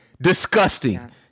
Disgusting